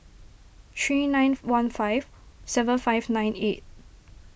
three nine one five seven five nine eight